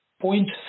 point